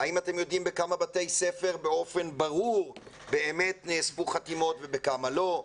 האם אתם יודעים בכמה בתי ספר באופן ברור באמת נאספו חתימות ובכמה לא?